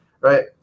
Right